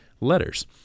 letters